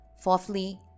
Fourthly